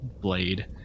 blade